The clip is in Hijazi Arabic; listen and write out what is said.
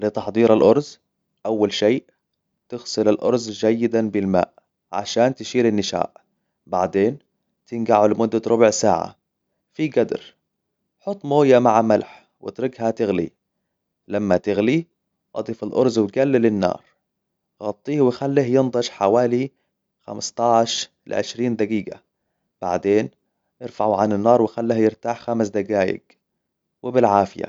لتحضير الأرز، أول شيء، تغسل الأرز جيداً بالماء عشان تشيل النشاء. بعدين، تنقعه لمدة ربع ساعة في قدر. حط موية مع ملح، وإتركها تغلي. لما تغلي، أضف الأرز وقلل للنار. غطيه وخله ينطج حوالي خمستاش لعشرين دقيقة. بعدين، نرفعه عن النار وخله يرتاح لخمس دقائق. وبالعافية.